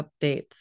updates